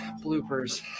bloopers